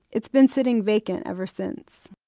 it's been sitting vacant ever since.